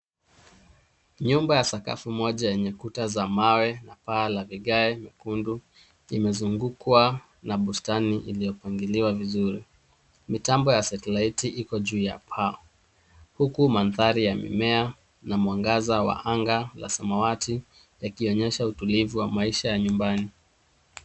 Nyumba ya sakafu moja yenye kuta za mawe na paa la vigae nyekundu imezungukwa na bustani iliyopangiliwa vizuri. Mitambo ya setilaiti iko juu ya paa huku mandhari ya mimea na mwangaza wa anga la samawati yakionyesha utulivu wa maisha ya nyumbani.